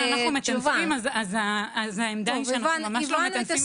העמדה היא שאנחנו ממש לא מטנפים.